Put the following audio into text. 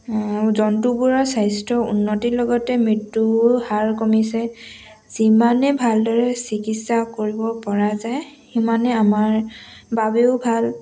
জন্তুবোৰৰ স্বাস্থ্য উন্নতিৰ লগতে মৃত্যুৰো হাৰ কমিছে যিমানে ভালদৰে চিকিৎসা কৰিব পৰা যায় সিমানে আমাৰ বাবেও ভাল